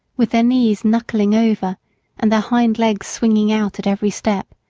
with their knees knuckling over and their hind legs swinging out at every step,